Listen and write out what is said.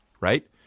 right